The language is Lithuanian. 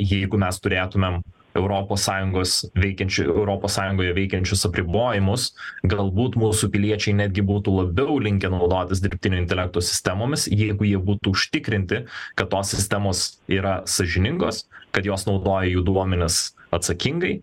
jeigu mes turėtumėm europos sąjungos veikiančią europos sąjungoje veikiančius apribojimus galbūt mūsų piliečiai netgi būtų labiau linkę naudotis dirbtinio intelekto sistemomis jeigu jie būtų užtikrinti kad tos sistemos yra sąžiningos kad jos naudoja jų duomenis atsakingai